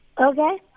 Okay